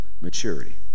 maturity